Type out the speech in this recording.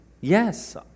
Yes